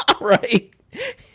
right